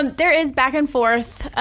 um there is back and forth.